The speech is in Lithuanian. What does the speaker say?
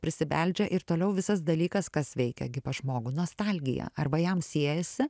prisibeldžia ir toliau visas dalykas kas veikia gi pas žmogų nostalgija arba jam siejasi